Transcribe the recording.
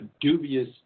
dubious